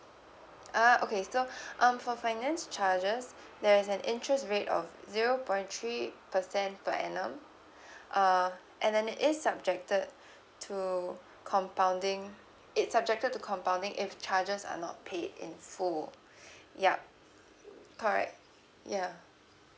ah okay so um for finance charges there is an interest rate of zero point three percent per annum uh and then it's subjected to compounding it's subjected to compounding if charges are not paid in full yup correct yeah